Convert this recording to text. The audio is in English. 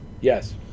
Yes